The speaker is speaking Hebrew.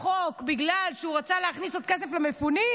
החוק בגלל שהוא רצה להכניס עוד כסף למפונים?